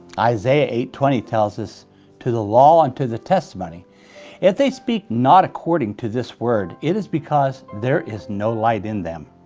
isaiah eight twenty tells us to the law and to the testimony if they speak not according to this word, it is because there is no light in them.